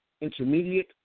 intermediate